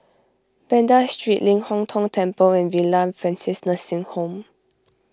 Banda Street Ling Hong Tong Temple and Villa Francis Nursing Home